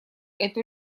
эту